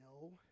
no